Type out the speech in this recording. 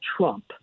Trump